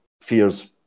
fears